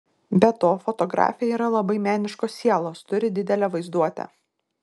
be to fotografė yra labai meniškos sielos turi didelę vaizduotę